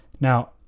Now